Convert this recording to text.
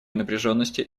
напряженности